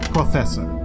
Professor